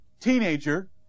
teenager